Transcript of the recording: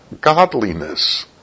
godliness